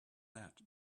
that